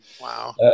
Wow